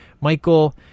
Michael